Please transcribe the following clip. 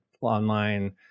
online